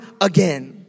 again